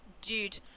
Dude